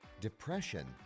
depression